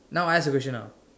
now I ask a question now